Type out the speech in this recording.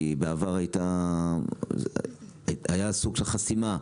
כי בעבר היה סוג של חסימה,